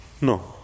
No